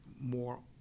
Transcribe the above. more